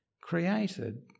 created